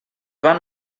van